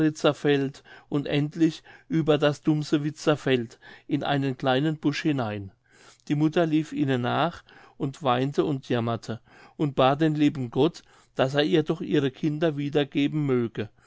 feld und endlich über das dumsewitzer feld in einen kleinen busch hinein die mutter lief ihnen nach und weinte und jammerte und bat den lieben gott daß er ihr doch ihre kinder wieder geben möge